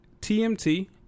TMT